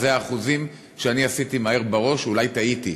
אלה האחוזים שאני עשיתי מהר בראש, אולי טעיתי,